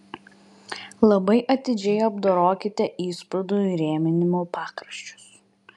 labai atidžiai apdorokite įsprūdų įrėminimo pakraščius